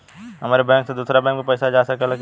हमारे बैंक से दूसरा बैंक में पैसा जा सकेला की ना?